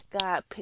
God